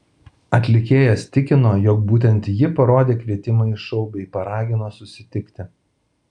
atlikėjas tikino jog būtent ji parodė kvietimą į šou bei paragino sutikti